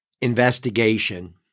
investigation